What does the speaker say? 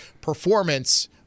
performance